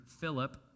Philip